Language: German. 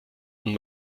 und